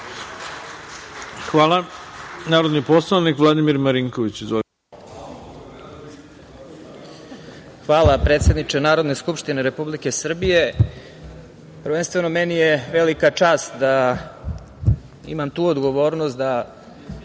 Marinković. Izvolite. **Vladimir Marinković** Hvala predsedniče Narodne skupštine Republike Srbije. Prvenstveno meni je velika čast da imam tu odgovornost da